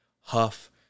Huff